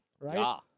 right